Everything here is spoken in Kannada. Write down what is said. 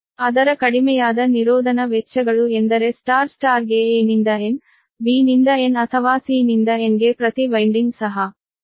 ಅದರ ಕಡಿಮೆಯಾದ ನಿರೋಧನ ವೆಚ್ಚಗಳು ಎಂದರೆ ಸ್ಟಾರ್ ಸ್ಟಾರ್ ಗೆ A ನಿಂದ n B ನಿಂದ n ಅಥವಾ C ನಿಂದ n ಗೆ ಪ್ರತಿ ವೈನ್ಡಿಂಗ್ ಸಹ